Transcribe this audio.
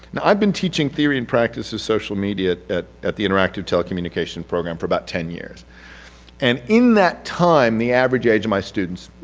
i've been teaching theory and practice of social media at at the interactive telecommunications program for about ten years and in that time the average age of my students,